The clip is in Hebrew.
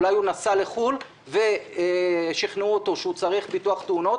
אולי הוא נסע לחו"ל ושכנעו אותו שהוא צריך ביטוח תאונות,